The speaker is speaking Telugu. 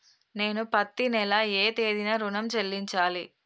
నేను పత్తి నెల ఏ తేదీనా ఋణం చెల్లించాలి?